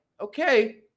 okay